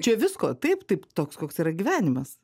čia visko taip taip toks koks yra gyvenimas